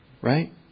Right